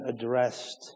addressed